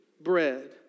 bread